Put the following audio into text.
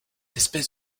espèces